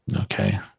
Okay